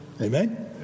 Amen